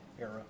era